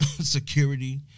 security